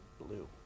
blue